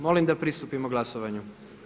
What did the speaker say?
Molim da pristupimo glasovanju.